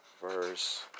verse